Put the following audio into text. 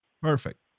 perfect